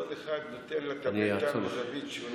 כל אחד נותן לה את המכה מזווית שונה.